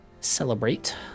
celebrate